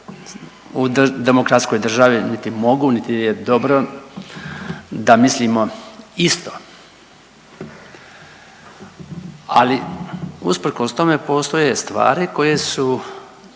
u demokratskoj državi niti mogu niti je dobro da mislimo isto, ali usprkos tome postoje stvari koje su